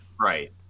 Right